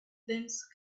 dense